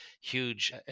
huge